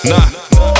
Nah